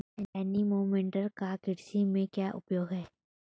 Anemometer का कृषि में क्या उपयोग है?